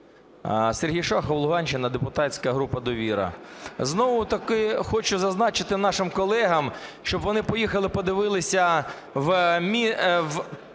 Сергій Шахов, Луганщина, депутатська група "Довіра". Знову ж таки хочу зазначити нашим колегам, щоб вони поїхали подивилися в селище